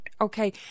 Okay